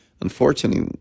unfortunately